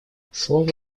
слово